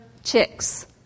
chicks